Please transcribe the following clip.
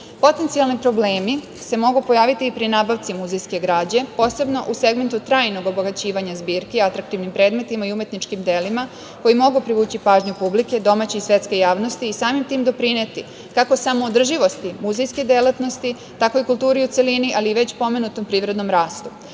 Potencijalni problemi se mogu pojaviti i pri nabavci muzejske građe, posebno u segmentu trajnog obogaćivanja zbirki atraktivnim predmetima i umetničkim delima, koji mogu privući pažnju publike domaće i svetske javnosti i samim tim doprineti kako samoodrživosti muzejske delatnosti, tako i kulturi u celini, ali i već pomenutom privrednom rastu. Veliku